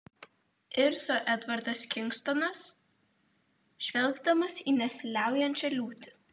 irzo edvardas kingstonas žvelgdamas į nesiliaujančią liūtį